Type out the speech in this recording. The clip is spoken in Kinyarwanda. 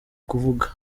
kuvuga